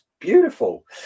beautiful